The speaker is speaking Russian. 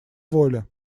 воля